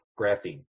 graphene